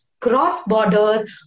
cross-border